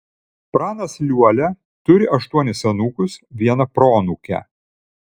pranas liuolia turi aštuonis anūkus vieną proanūkę